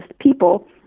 people